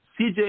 CJ